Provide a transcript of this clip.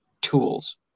tools